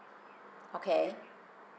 okay